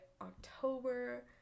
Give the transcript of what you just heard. October